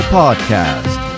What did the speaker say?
podcast